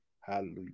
Hallelujah